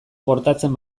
portatzen